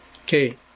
Okay